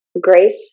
Grace